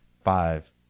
five